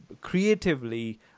creatively